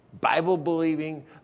Bible-believing